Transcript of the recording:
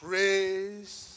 Praise